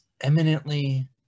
eminently